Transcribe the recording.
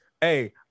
hey